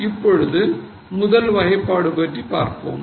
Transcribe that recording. இப்பொழுது முதல் வகைப்பாடு பற்றி பார்ப்போம்